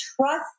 trust